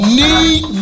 need